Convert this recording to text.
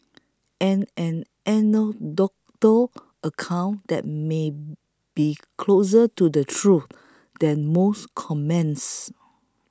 and an anecdotal account that may be closer to the truth than most comments